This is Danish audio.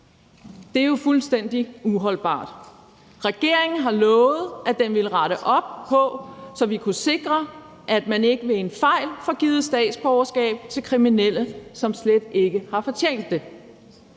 Det er jo fuldstændig uholdbart. Regeringen har lovet, at den ville rette op på det, så vi kunne sikre, at man ikke ved en fejl får at givet statsborgerskab til kriminelle, som slet ikke har fortjent det.